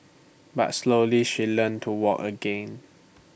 but slowly she learnt to walk again